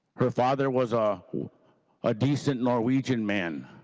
her father was ah a decent norwegian man